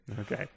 Okay